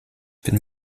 bin